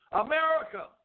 America